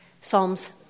Psalms